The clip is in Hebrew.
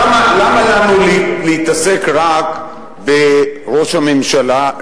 למה לנו להתעסק רק בראש הממשלה?